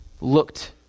looked